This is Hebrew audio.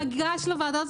זה מוגש לוועדה הזאת